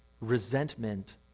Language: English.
resentment